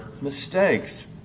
mistakes